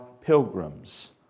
pilgrims